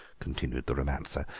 continued the romancer.